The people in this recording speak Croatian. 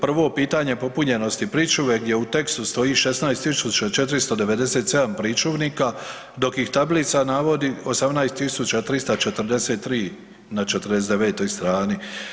Prvo pitanje popunjenosti pričuve gdje u tekstu stoji 16.497 pričuvnika dok ih tablica navodi 18.343 na 49. strani.